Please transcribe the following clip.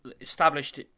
established